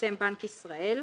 שמפרסם בנק ישראל.